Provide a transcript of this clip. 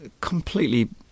completely